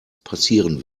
passieren